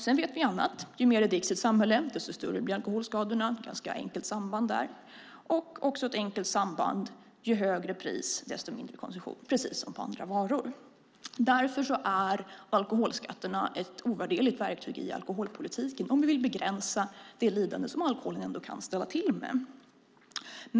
Vi vet också att ju mer det dricks i ett samhälle, desto större blir alkoholskadorna. Det är ett ganska enkelt samband. Ett annat enkelt samband är att ju högre pris, desto mindre konsumtion, precis som det är med andra varor. Därför är alkoholskatterna ett ovärderligt verktyg i alkoholpolitiken om vi vill begränsa det lidande som alkoholen ändå kan ställa till med.